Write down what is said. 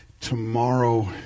Tomorrow